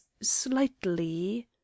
slightly